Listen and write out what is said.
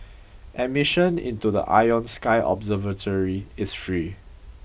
admission into the Ion Sky observatory is free